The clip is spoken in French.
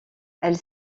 elle